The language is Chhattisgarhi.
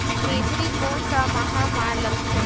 मेझरी कोन सा माह मां लगथे